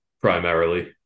primarily